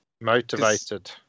motivated